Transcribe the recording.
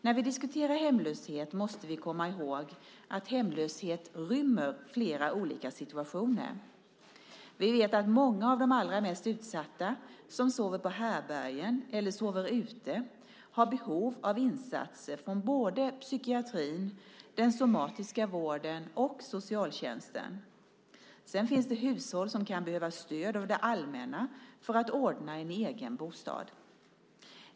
När vi diskuterar hemlöshet måste vi komma ihåg att hemlöshet rymmer flera olika situationer. Vi vet att många av de allra mest utsatta som bor på härbärgen eller sover ute har behov av insatser från både psykiatrin, den somatiska vården och socialtjänsten. Sedan finns det hushåll som kan behöva stöd av det allmänna för att ordna en egen bostad.